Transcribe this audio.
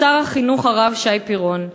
"כבוד שר החינוך הרב שי פירון,